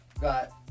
got